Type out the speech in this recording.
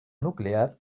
nuclear